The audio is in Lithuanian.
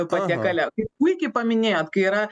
patiekale kaip puikiai paminėjot kai yra